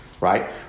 right